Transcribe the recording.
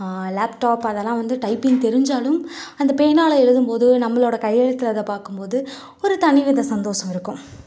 laptop அதெல்லாம் வந்து typing தெரிஞ்சாலும் அந்த பேனாவில் எழுதும்போது நம்மளோட கையெழுத்தில் அதை பார்க்கும்போது ஒரு தனி வித சந்தோஷம் இருக்கும்